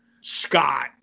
Scott